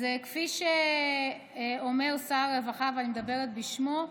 אז כפי שאומר שר הרווחה, שאני מדברת בשמו,